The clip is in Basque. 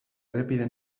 errepide